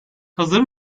hazır